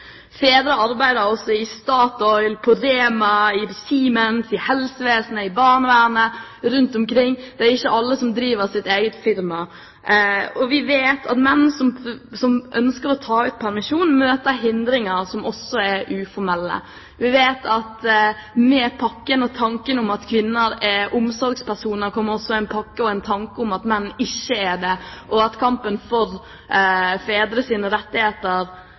Fedre arbeider i Statoil, på Rema, i Siemens, i helsevesenet, i barnevernet og rundt omkring, og det er ikke alle som driver sitt eget firma. Vi vet at menn som ønsker å ta ut permisjon, møter hindringer, også uformelle. Vi vet at med pakken og tanken om at kvinner er omsorgspersoner, kommer også en pakke og en tanke om at menn ikke er det. Kampen for fedres formelle rettigheter i foreldrepermisjonen er også en kamp for å bli regnet som skikkelige omsorgfedre, og